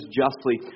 justly